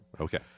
Okay